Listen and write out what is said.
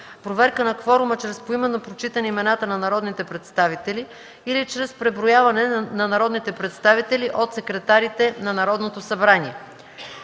проверка на кворума чрез поименно прочитане имената на народните представители или чрез преброяване на народните представители от секретарите на Народното събрание.